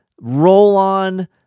roll-on